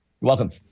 welcome